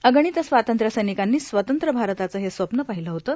अर्गाणत स्वातंत्र्य सैर्गिनकांनी स्वतंत्र भारताचं हे स्वप्न पाहिलं होतं